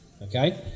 Okay